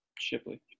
Shipley